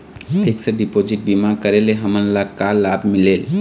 Fix deposit बीमा करे ले हमनला का लाभ मिलेल?